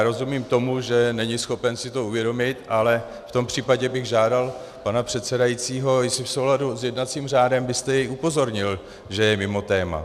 Rozumím tomu, že není schopen si to uvědomit, ale v tom případě bych žádal pana předsedajícího, jestli v souladu s jednacím řádem byste jej upozornil, že je mimo téma.